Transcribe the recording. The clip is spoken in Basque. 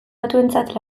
batuentzat